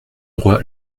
droit